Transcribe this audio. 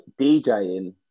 djing